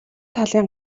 талын